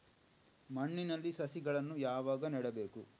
ಮಣ್ಣಿನಲ್ಲಿ ಸಸಿಗಳನ್ನು ಯಾವಾಗ ನೆಡಬೇಕು?